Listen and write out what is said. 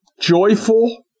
joyful